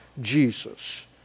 Jesus